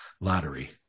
lottery